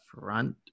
front